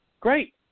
Great